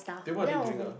then what they doing ah